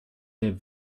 der